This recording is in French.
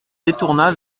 détourna